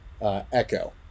Echo